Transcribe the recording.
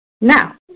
Now